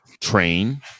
train